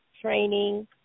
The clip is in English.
training